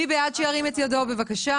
מי בעד שירים את ידו בבקשה.